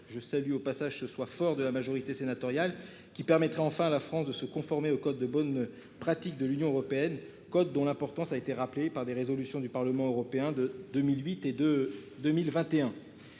je salue au passage ce soit fort de la majorité sénatoriale qui permettrait enfin la France de se conformer au code de bonnes pratiques de l'Union européenne dont l'importance a été rappelé par des résolutions du Parlement européen de 2008 et de 2021.